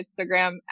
instagram